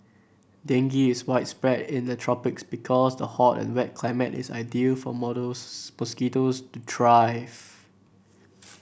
dengue is widespread in the tropics because the hot and wet climate is ideal for models mosquitoes to thrive